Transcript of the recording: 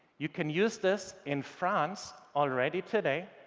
you can use this in france already today.